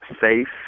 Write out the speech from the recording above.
safe